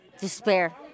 Despair